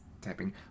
typing